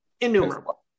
innumerable